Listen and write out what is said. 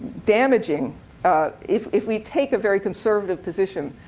damaging if if we take a very conservative position.